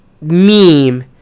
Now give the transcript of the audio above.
meme